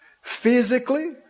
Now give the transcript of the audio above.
physically